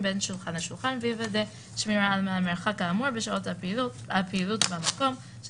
בסופה יבוא: "(7) אזור הישיבה בשטח פתוח של בית אוכל."" משמע,